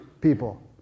people